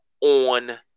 on